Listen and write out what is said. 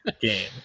game